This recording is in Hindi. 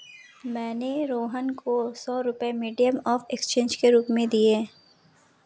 मैंने रोहन को सौ रुपए मीडियम ऑफ़ एक्सचेंज के रूप में दिए